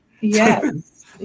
Yes